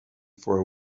for